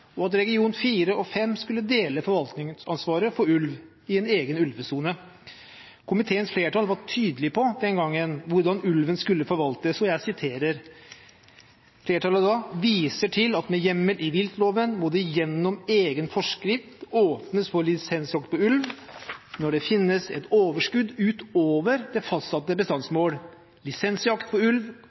og at region 4 og region 5 skulle dele forvaltningsansvaret for ulv i en egen ulvesone. Komiteens flertall var den gangen tydelig på hvordan ulven skulle forvaltes. Flertallet viste til at «med hjemmel i viltloven, må det gjennom egen forskrift åpnes for lisensjakt på ulv når det finnes et overskudd utover det fastsatte bestandsmål. Lisensjakt for ulv